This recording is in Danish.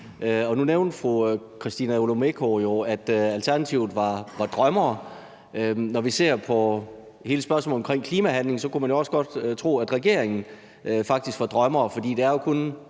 Nu nævnte fru Christina Olumeko jo, at Alternativet var drømmere. Når vi ser på hele spørgsmålet omkring klimahandling, kunne man jo også godt tro, at regeringen faktisk var drømmere. For det er jo kun